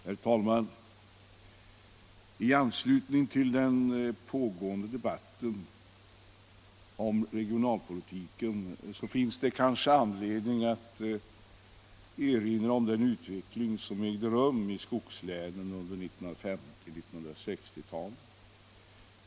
Herr talman! I anslutning till den pågående debatten om regionalpolitiken finns det kanske anledning att erinra om den utveckling som ägde rum i skogslänen under 1950 och 1960-talen.